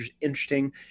interesting